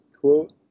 quote